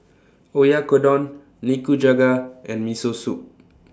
Oyakodon Nikujaga and Miso Soup